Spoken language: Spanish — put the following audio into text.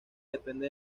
depende